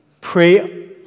pray